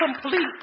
complete